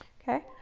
ok,